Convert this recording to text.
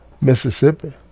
Mississippi